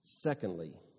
Secondly